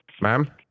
Ma'am